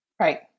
Right